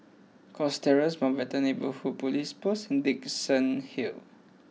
Cox Terrace Mountbatten Neighbourhood Police Post and Dickenson Hill